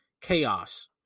chaos